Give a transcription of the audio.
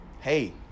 Hey